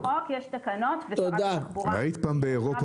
גם לפי החוק יש תקנות ושרת התחבורה --- היית פעם באירופה,